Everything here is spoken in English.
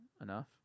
enough